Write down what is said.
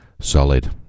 Solid